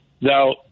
Now